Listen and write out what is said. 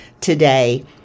today